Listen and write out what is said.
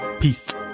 Peace